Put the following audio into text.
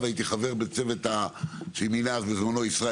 והייתי חבר בצוות שמינה בזמנו ישראל